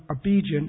obedience